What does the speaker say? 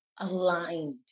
aligned